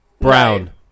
brown